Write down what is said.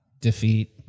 defeat